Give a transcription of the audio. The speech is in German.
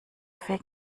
fake